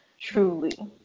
Truly